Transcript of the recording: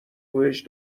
بهش